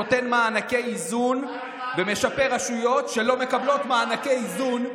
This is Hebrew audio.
נותן מענקי איזון ומשפה רשויות שלא מקבלות מענקי איזון.